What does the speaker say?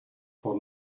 por